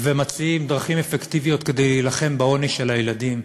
ומציעים דרכים אפקטיביות כדי להילחם בעוני של הילדים,